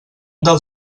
del